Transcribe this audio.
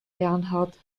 bernhard